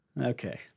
Okay